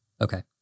Okay